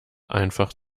einfach